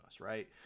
right